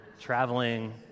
traveling